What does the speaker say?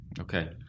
Okay